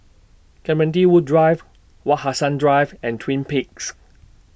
Clementi Woods Drive Wak Hassan Drive and Twin Peaks